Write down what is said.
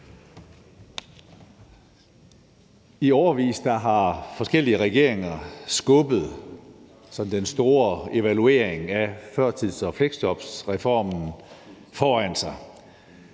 I årevis har forskellige regeringer skubbet den store evaluering af førtidspensions- og fleksjobreformen foran sig.